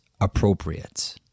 appropriate